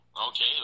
Okay